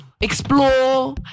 explore